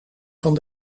van